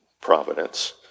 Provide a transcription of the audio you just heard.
Providence